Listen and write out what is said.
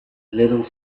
little